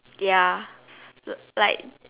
ya like